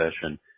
session